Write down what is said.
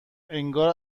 انگار